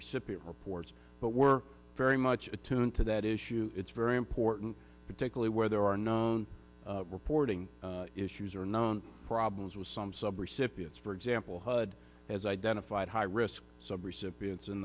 recipient reports but we're very much attuned to that issue it's very important particularly where there are known reporting issues or known problems with some sub recipients for example hud has identified high risk sub recipients in